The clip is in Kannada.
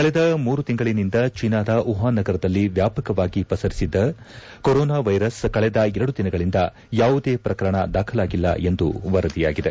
ಕಳೆದ ಮೂರು ತಿಂಗಳಿನಿಂದ ಚೀನಾದ ವುಹಾನ್ ನಗರದಲ್ಲಿ ವ್ಯಾಪಕವಾಗಿ ಪಸರಿಸಿದ್ದ ಕೊರೊನಾ ವೈರಸ್ ಕಳೆದ ಎರಡು ದಿನಗಳಿಂದ ಯಾವುದೇ ಪ್ರಕರಣ ದಾಖಲಾಗಿಲ್ಲ ಎಂದು ವರದಿಯಾಗಿದೆ